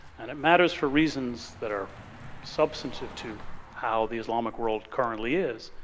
and, it matters for reasons that are substantive too how the islamic world currently is.